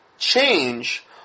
change